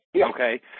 Okay